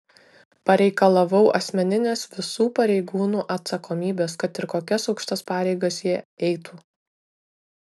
pareikalavau asmeninės visų pareigūnų atsakomybės kad ir kokias aukštas pareigas jie eitų